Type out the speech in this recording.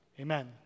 Amen